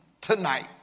tonight